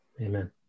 Amen